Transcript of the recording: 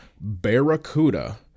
Barracuda